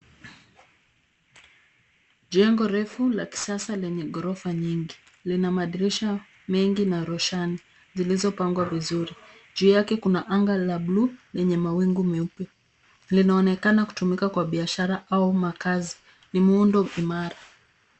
Jengo refu la kisasa lenye ghorofa nyingi. Lina madirisha mengi na roshani zilizopangwa vizuri. Juu yake kuna anga la buluu na mawingu nyeupe linaonekana kutumika kwa biashara au makazi, ni muundo imara.